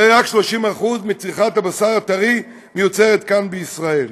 הרי רק 30% מצריכת הבשר הטרי מיוצרת כאן, בישראל.